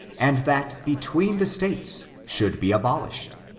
and that between the states, should be abolished,